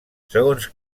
segons